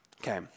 Okay